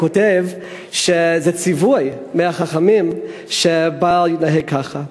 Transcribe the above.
כותב שזה ציווי מהחכמים שבעל יתנהג כך.